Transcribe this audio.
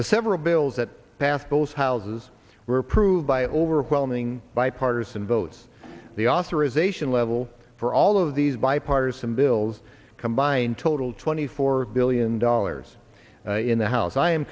the several bills that passed both houses were approved by overwhelming bipartisan votes the authorization level for all of these bipartisan bills combined total twenty four billion dollars in the house i am